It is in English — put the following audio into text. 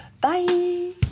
Bye